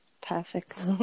Perfect